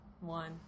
one